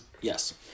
Yes